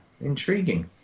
intriguing